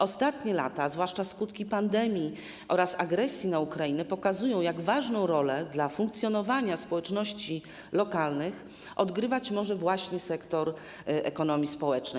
Ostatnie lata, zwłaszcza skutki pandemii oraz agresji na Ukrainę, pokazują, jak ważną rolę w funkcjonowaniu społeczności lokalnych odgrywać może właśnie sektor ekonomii społecznej.